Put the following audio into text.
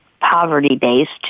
poverty-based